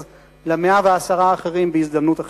אז ל-110 האחרים בהזדמנות אחרת: